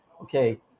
Okay